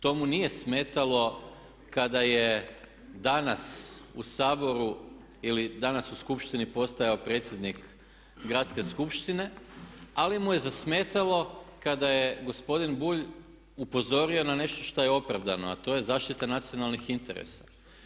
To mu nije smetalo kada je danas u Saboru ili danas u skupštini postajao predsjednik Gradske skupštine ali mu je zasmetalo kada je gospodin Bulj upozorio na nešto šta je opravdano a to je zaštita nacionalnih interesa.